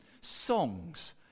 songs